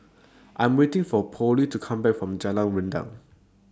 I'm waiting For Polly to Come Back from Jalan Rendang